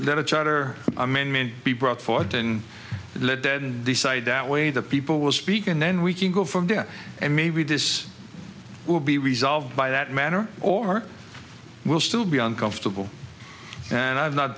charter amendment be brought forth and let them decide that way the people will speak and then we can go from there and maybe this will be resolved by that manner or will still be uncomfortable and i've not